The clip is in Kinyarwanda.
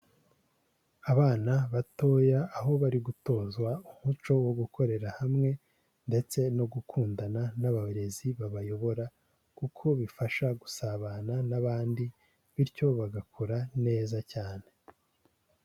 Abana batoya aho bari gutozwa umuco wo gukorera hamwe ndetse no gukundana n'abarezi babayobora kuko bifasha gusabana n'abandi bityo bagakora neza cyane.